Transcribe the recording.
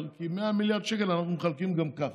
כי 100 מיליארד שקל אנחנו מחלקים גם כך.